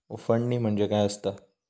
उफणणी म्हणजे काय असतां?